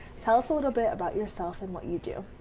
tell us a little bit about yourself and what you do?